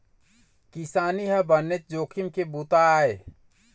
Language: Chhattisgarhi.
किसानी ह बनेच जोखिम के बूता आय